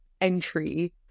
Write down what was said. entry